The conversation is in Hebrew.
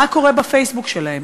מה קורה בפייסבוק שלהם?